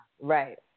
Right